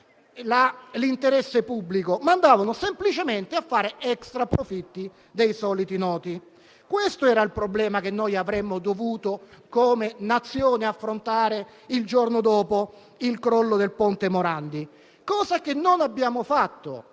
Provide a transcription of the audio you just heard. l'interesse pubblico, ma andavano semplicemente a fare *extra* profitti per i soliti noti. Questo era il problema che noi avremmo dovuto, come Nazione, affrontare il giorno dopo il crollo del ponte Morandi, cosa che non abbiamo fatto.